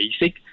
basic